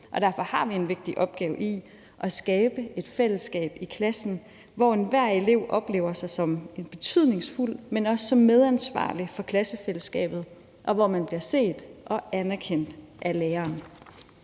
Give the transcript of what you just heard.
derfor har vi en vigtig opgave i at skabe et fællesskab i klassen, hvor hver en elev oplever sig som betydningsfuld, men også som medansvarlig for klassefællesskabet, og hvor man bliver set og anerkendt af læreren.